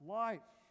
life